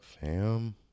Fam